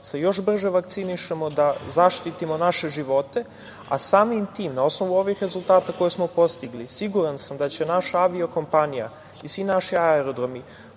se još brže vakcinišemo, da zaštitimo naše živote, a samim tim, na osnovu ovih rezultata koje smo postigli, siguran sam da će naša avio kompanija i svi naši aerodromi